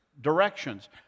directions